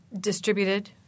distributed